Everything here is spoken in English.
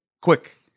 quick